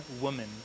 woman